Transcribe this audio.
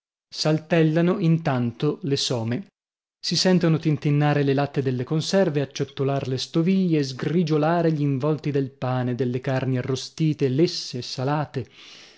saltellano intanto le some si sentono tintinnire le latte delle conserve acciottolar le stoviglie sgrigiolare gl'involti del pane delle carni arrostite lesse salate